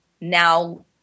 now